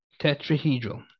tetrahedral